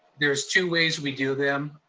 there's two ways we do them.